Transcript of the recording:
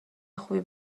خوبی